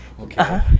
okay